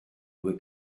due